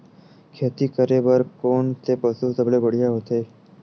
खेती करे बर कोन से पशु सबले बढ़िया होथे?